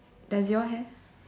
does your have